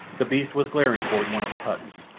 the beast was glaring toward one of the huts.